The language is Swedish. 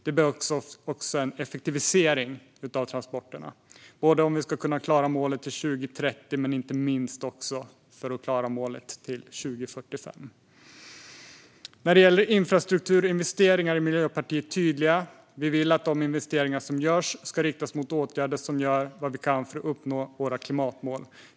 Det behövs också en effektivisering av transporterna om vi ska klara målet till 2030 och inte minst om vi ska klara målet till 2045. När det gäller infrastrukturinvesteringar är vi i Miljöpartiet tydliga. Vi vill att de investeringar som görs ska riktas mot åtgärder som gör att vi kan uppnå våra klimatmål.